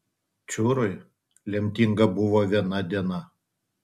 čiūrui lemtinga buvo viena diena